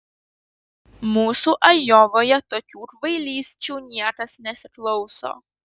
mūsų ajovoje tokių kvailysčių niekas nesiklauso